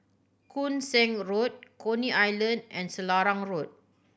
Koon Seng Road Coney Island and Selarang Road